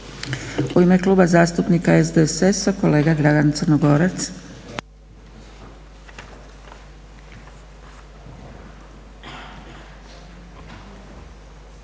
U ime Kluba zastupnika SDSS-a kolega Dragan Crnogorac.